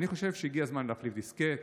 אני חושב שהגיע הזמן להחליף דיסקט,